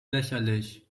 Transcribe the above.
lächerlich